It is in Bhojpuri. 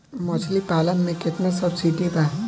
मछली पालन मे केतना सबसिडी बा?